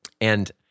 And-